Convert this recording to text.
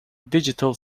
digital